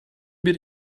bir